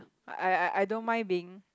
I I I don't mind being